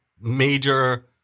major